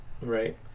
right